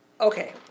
Okay